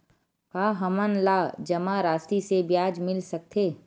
का हमन ला जमा राशि से ब्याज मिल सकथे?